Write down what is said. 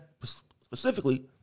specifically